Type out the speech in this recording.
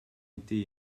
été